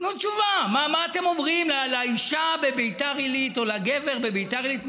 תנו תשובה: מה אתם אומרים לאישה בביתר עילית או לגבר בביתר עילית?